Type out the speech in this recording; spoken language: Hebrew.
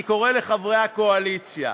אני קורא לחברי הקואליציה: